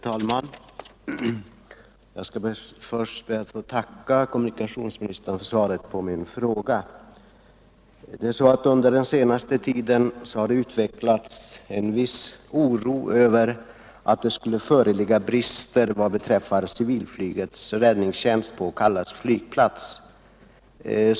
Herr talman! Jag skall först be att få tacka kommunikationsministern för svaret på min fråga. Under den senaste tiden har det utvecklats en viss oro över att det skulle föreligga brister i civilflygets räddningstjänst på Kallax flygplats.